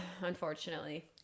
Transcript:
Unfortunately